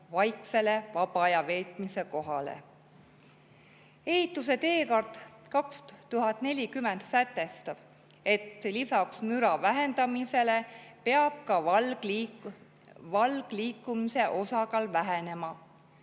vaiksele vaba aja veetmise kohale. Ehituse teekaart 2040 sätestab, et lisaks müra vähendamisele peab ka valgliikumise osakaal vähenema.